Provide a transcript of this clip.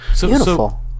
Beautiful